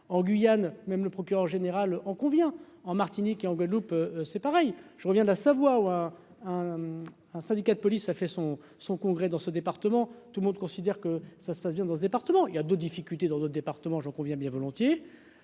en Guyane, même le procureur général en convient en Martinique et en Guadeloupe, c'est pareil, je reviens de la Savoie ou un un syndicat de police a fait son son congrès dans ce département, tout le monde considère que ça se passe bien dans ce département, il y a 2 difficultés dans d'autres départements, j'en conviens bien volontiers,